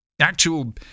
Actual